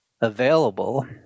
available